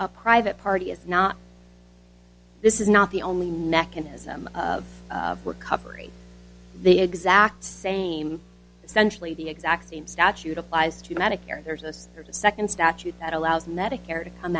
a private party is not this is not the only mechanism of recovery the exact same essentially the exact same statute applies to medicare there's this second statute that allows medicare to come